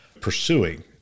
pursuing